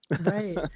Right